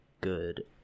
good